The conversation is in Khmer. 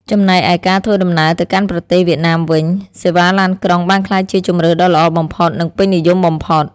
ចំណែកឯការធ្វើដំណើរទៅកាន់ប្រទេសវៀតណាមវិញ សេវាឡានក្រុងបានក្លាយជាជម្រើសដ៏ល្អបំផុតនិងពេញនិយមបំផុត។